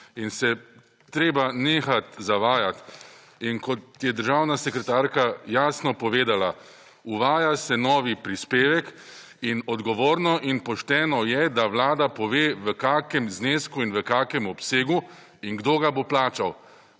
in je treba nehati zavajati. In kot je državna sekretarka jasno povedala, uvaja se nov prispevek in odgovorno in pošteno je, da vlada pove v kakšnem znesku in v kakšnem obsegu in kdo ga bo plačal.